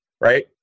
right